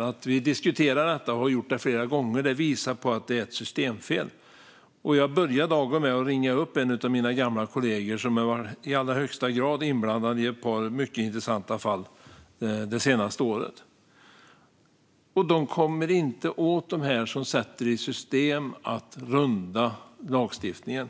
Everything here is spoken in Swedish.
att vi diskuterar detta och har gjort det flera gånger visar på att det finns ett systemfel. Jag började dagen med att ringa upp en av mina gamla kollegor, som det senaste året har varit i allra högsta grad inblandad i ett par mycket intressanta fall. Men de kommer inte åt dem som sätter i system att runda lagstiftningen.